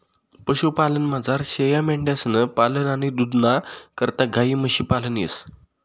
पशुपालनमझार शेयामेंढ्यांसनं पालन आणि दूधना करता गायी म्हशी पालन येस